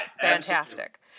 Fantastic